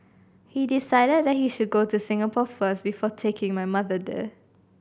he decided that he should go to Singapore first before taking my mother there